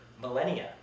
millennia